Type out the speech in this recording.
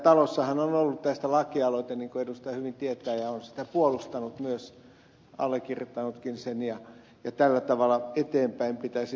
täällä talossahan on ollut tästä lakialoite niin kuin edustaja hyvin tietää ja on sitä puolustanut myös allekirjoittanutkin sen ja tällä tavalla eteenpäin pitäisi tässä päästä